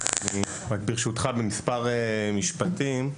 ברשותך במספר משפטים.